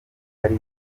ari